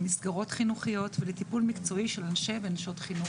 למסגרות חינוכיות ולטיפול מקצועי של אנשי ונשות חינוך.